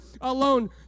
alone